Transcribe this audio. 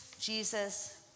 Jesus